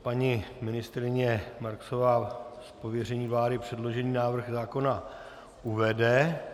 Paní ministryně Marksová z pověření vlády předložený návrh zákona uvede.